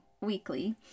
weekly